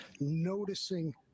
Noticing